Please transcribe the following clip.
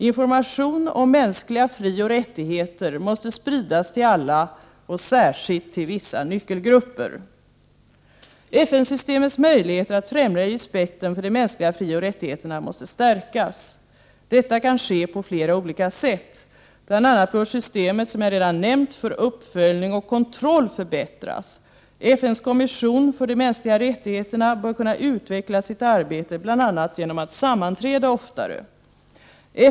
Information om mänskliga frioch rättigheter måste spridas till alla, särskilt till vissa nyckelgrupper. FN-systemets möjligheter att främja respekten för de mänskliga frioch rättigheterna måste stärkas. Detta kan ske på flera olika sätt. Bl.a. bör systemet för uppföljning och kontroll förbättras. FN:s kommission för de mänskliga rättigheterna bör kunna utveckla sitt arbete bl.a. genom att sammanträda oftare.